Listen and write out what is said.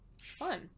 Fun